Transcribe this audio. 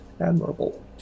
admirable